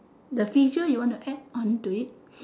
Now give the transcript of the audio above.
the feature you want to add onto it